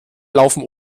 laufen